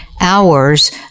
hours